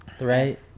right